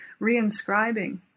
reinscribing